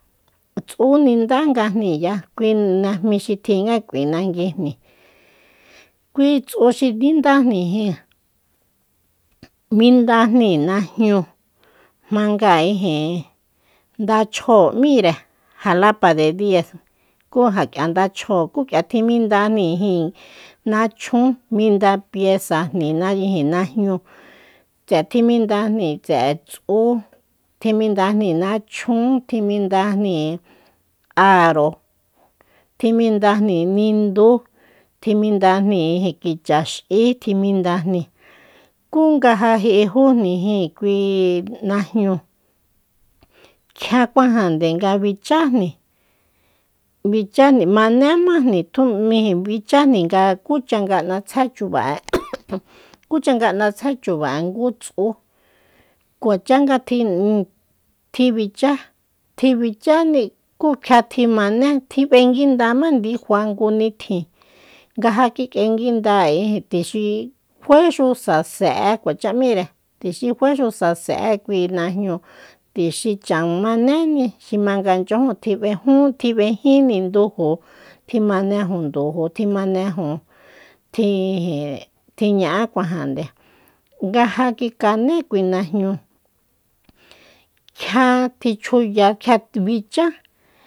Tsú nindagajni ya kui najmi xi tjingak'ui nanguijni kui tsu xi nindajni jin mindajni najñu jmanga ndach'jo m'íre jalapa de días kú ja k'ia ndach'jo ku k'ia tjimindajni jin nachjun minda piesajni najñúu k'ia timindajni tse'e tsú tjimindjni nachjún tjimindajni aro tjimindajni nindú tjimindani ijin kichíx'í tjimindajni kun ga ja ji'ijújni kui najñúu kjiakuajande kjikuajande nga bichájni- bichájni manémajni tjun ijin bichájni nga kucha nga n'atsjé chuba'e kúcha nga n'atsje chuba'e ngú ts´ú kuacha nga tji- tjibichá-tjibicháni kú kjia tjimané tjibénguindama ndifa ngu nitjin nga ja kik'enguida ijin tuxi faexu sase'e cuacha m'íre tuxi faexu sase'e kui najñúu tuxi chan manéni xi ma nga chyajun tji b'ejún tji b'ejin nduju tjimanejun nduju tim´neju tjin ijin tjiña'á cuanjande nga ja kikané kui najñúu kjia tichjuya bichá